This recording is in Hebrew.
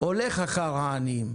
הולך אחר העניים?